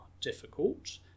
difficult